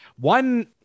One